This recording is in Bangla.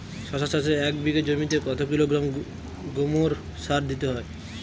শশা চাষে এক বিঘে জমিতে কত কিলোগ্রাম গোমোর সার দিতে হয়?